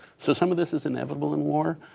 so some of this is inevitable in war.